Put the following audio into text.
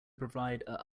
provide